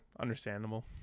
Understandable